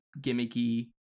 gimmicky